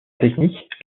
technique